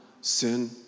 sin